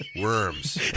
worms